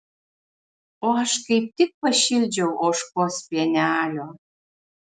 o aš kaip tik pašildžiau ožkos pienelio